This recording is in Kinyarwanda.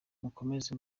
mukomeze